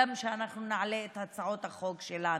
שאנחנו גם נעלה את הצעות החוק שלנו.